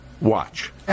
Watch